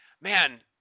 man